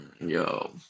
Yo